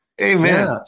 Amen